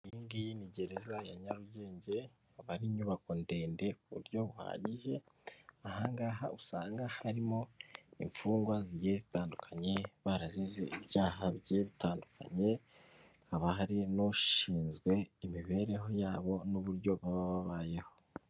Iyi ngiyi ni gereza ya Nyarugengeba, akaba ari inyubako ndende ku buryo bahagije, aha ngaha usanga harimo imfungwa zigiye zitandukanye, barazize ibyaha bigiye bitandukanye, haba hari n'ushinzwe imibereho yabo n'uburyo baba babayeho.